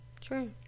True